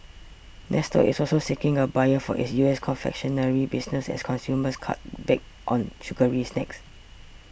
nestle is also seeking a buyer for its U S confectionery business as consumers cut back on sugary snacks